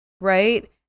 right